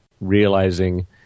realizing